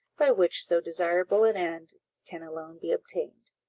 by which so desirable an end can alone be obtained.